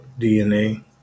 DNA